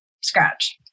scratch